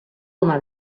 home